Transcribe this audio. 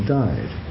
died